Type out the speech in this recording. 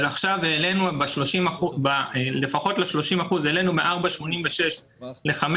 עכשיו לפחות ל-30 אחוזים העלינו מ-4.86 ל-5.15.